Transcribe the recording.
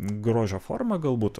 grožio formą galbūt